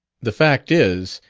the fact is,